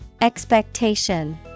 Expectation